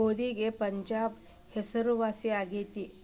ಗೋಧಿಗೆ ಪಂಜಾಬ್ ಹೆಸರುವಾಸಿ ಆಗೆತಿ